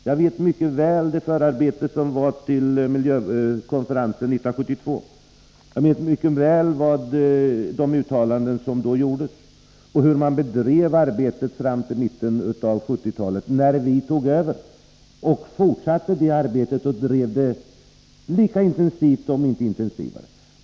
Jag känner mycket väl till förarbetet till miljökonferensen 1972. Jag känner mycket väl till de uttalanden som då gjordes och hur arbetet bedrevs fram till mitten av 1970-talet, då vi tog över och fortsatte det arbetet och drev det lika intensivt om inte intensivare.